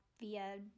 via